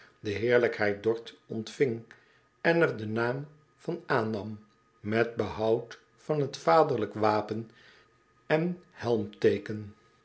de heerlijkheid dorth ontving en er den naam van aannam met behoud van het vaderlijk wapen en